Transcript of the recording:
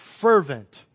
fervent